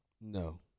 No